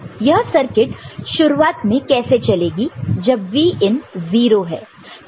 यह सर्किट शुरुआत में कैसे चलेगी जब Vin 0 है